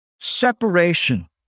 separation